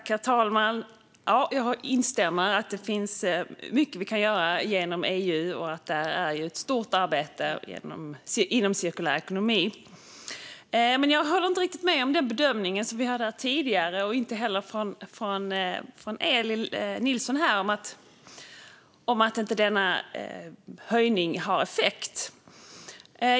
Herr talman! Jag instämmer i att det finns mycket vi kan göra genom EU och att där görs ett stort arbete inom cirkulär ekonomi. Jag håller inte riktigt med om Moderaternas och Liberalernas bedömning att momshöjningen inte får effekt.